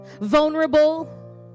Vulnerable